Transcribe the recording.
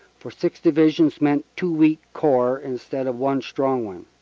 for six divisions meant two weak corps instead of one strong one.